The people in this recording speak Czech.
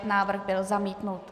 Návrh byl zamítnut.